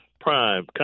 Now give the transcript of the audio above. Prime